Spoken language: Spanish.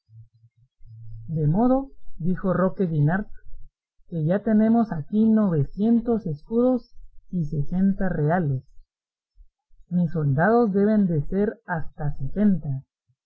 de modo dijo roque guinart que ya tenemos aquí novecientos escudos y sesenta reales mis soldados deben de ser hasta sesenta